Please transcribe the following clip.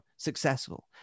successful